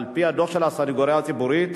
על-פי הדוח של הסניגוריה הציבורית,